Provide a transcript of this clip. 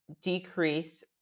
decrease